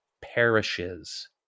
perishes